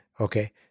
Okay